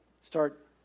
start